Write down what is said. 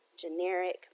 generic